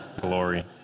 Glory